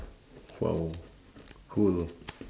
!wow! cool